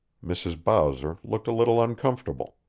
mrs. bowser looked a little uncomfortable.